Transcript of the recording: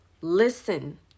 Listen